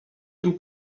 tym